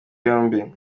yombi